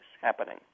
happening